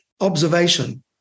Observation